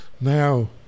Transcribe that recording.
Now